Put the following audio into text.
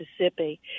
Mississippi